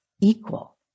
Equal